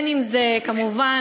כמובן,